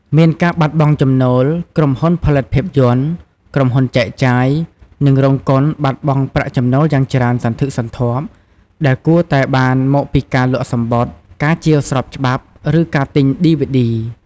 មានការបាត់បង់ចំណូល ក្រុមហ៊ុនផលិតភាពយន្ត ក្រុមហ៊ុនចែកចាយ និងរោងកុនបាត់បង់ប្រាក់ចំណូលយ៉ាងច្រើនសន្ធឹកសន្ធាប់ដែលគួរតែបានមកពីការលក់សំបុត្រ ការជាវស្របច្បាប់ ឬការទិញឌីវីឌី។